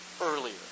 earlier